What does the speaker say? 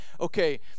okay